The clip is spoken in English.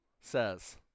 says